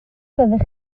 fyddech